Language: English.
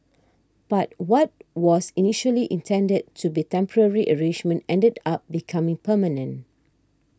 but what was initially intended to be temporary arrangement ended up becoming permanent